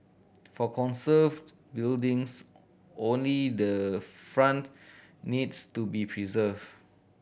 for conserved buildings only the front needs to be preserved